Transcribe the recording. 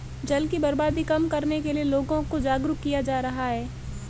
जल की बर्बादी कम करने के लिए लोगों को जागरुक किया जा रहा है